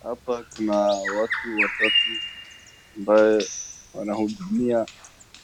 Hapa kuna watu watatu ambaye wanahudumia